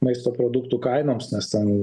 maisto produktų kainoms nes ten